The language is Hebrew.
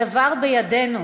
הדבר בידינו.